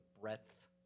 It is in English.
breadth